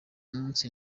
munsi